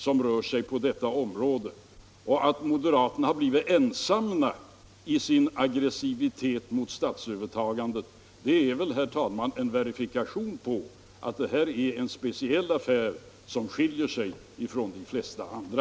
Det förhållandet att moderaterna blivit ensamma i sin aggressivitet mot statsövertagandet är väl, herr talman, en verifikation på att det här är en speciell affär som skiljer sig från de flesta andra.